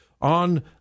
on